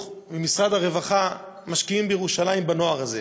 ומשרד הרווחה משקיעים בירושלים בנוער הזה.